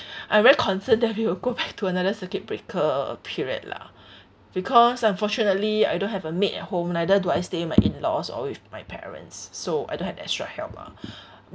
I'm very concerned that we will go back to another circuit breaker period lah because unfortunately I don't have a maid at home neither do I stay with my in-laws or with my parents so I don't have extra help lah